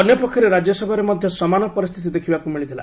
ଅନ୍ୟପକ୍ଷରେ ରାଜ୍ୟସଭାରେ ମଧ୍ୟ ସମାନ ପରିସ୍ଥିତି ଦେଖିବାକୁ ମିଳିଥିଲା